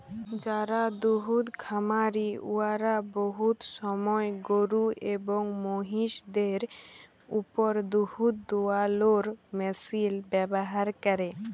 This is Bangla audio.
যারা দুহুদ খামারি উয়ারা বহুত সময় গরু এবং মহিষদের উপর দুহুদ দুয়ালোর মেশিল ব্যাভার ক্যরে